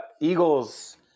Eagles